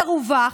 מרווח,